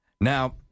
Now